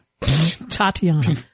Tatiana